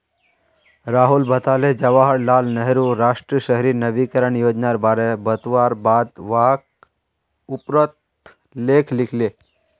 राहुल बताले जवाहर लाल नेहरूर राष्ट्रीय शहरी नवीकरण योजनार बारे बतवार बाद वाक उपरोत लेख लिखले